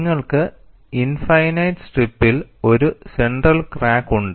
നിങ്ങൾക്ക് ഇൻഫൈനൈറ്റ് സ്ട്രിപ്പിൽ ഒരു സെന്റർ ക്രാക്ക് ഉണ്ട്